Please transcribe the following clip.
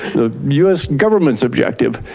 the us government's objective.